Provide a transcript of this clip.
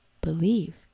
believe